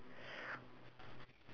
okay what colour it is